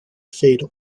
fatal